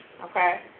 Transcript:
Okay